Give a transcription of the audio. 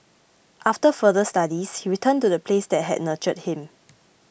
after further studies he returned to the place that had nurtured him